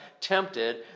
tempted